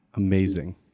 Amazing